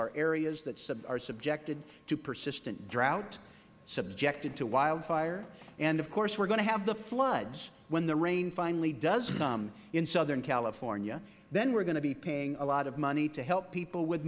are areas that are subjected to persistent drought subjected to wildfire and of course we are going to have the floods when the rain finally does come in southern california then we are going to be paying a lot of money to help people with